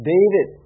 David